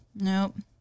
Nope